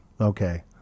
Okay